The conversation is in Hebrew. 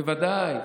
בוודאי.